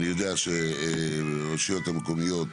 אני יודע שהרשויות המקומיות